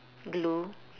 glue